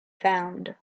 found